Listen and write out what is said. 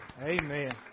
Amen